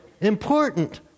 important